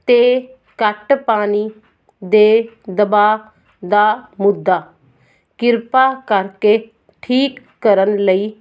'ਤੇ ਘੱਟ ਪਾਣੀ ਦੇ ਦਬਾਅ ਦਾ ਮੁੱਦਾ ਕਿਰਪਾ ਕਰਕੇ ਠੀਕ ਕਰਨ ਲਈ